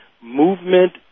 Movement